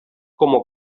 como